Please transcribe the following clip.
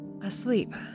asleep